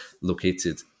located